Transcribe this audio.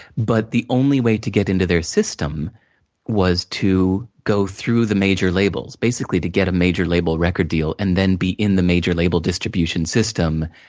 but, the only way to get into their system was to go through the major labels. basically, get a major label record deal, and then, be in the major label distribution system,